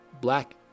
Black